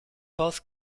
both